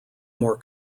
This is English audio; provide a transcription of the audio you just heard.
more